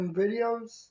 videos